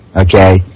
okay